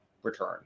return